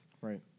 right